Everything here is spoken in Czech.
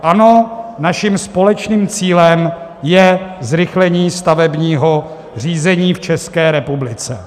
Ano, naším společným cílem je zrychlení stavebního řízení v České republice.